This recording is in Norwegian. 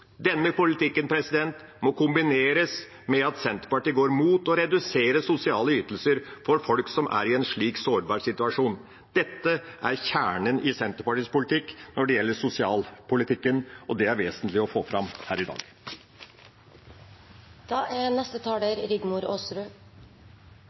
Denne politikken må kombineres, og Senterpartiet går imot å redusere sosiale ytelser for folk som er i en slik sårbar situasjon. Dette er kjernen i Senterpartiets politikk når det gjelder sosialpolitikken, og det er vesentlig å få fram her i dag. «Muligheter for alle» er